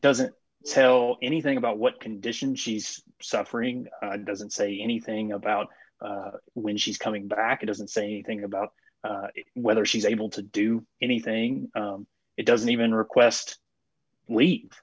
doesn't tell anything about what condition she's suffering doesn't say anything about when she's coming back it doesn't say a thing about whether she's able to do anything it doesn't even request